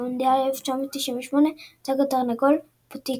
ובמונדיאל 1998 הוצג התרנגול "פוטיקס".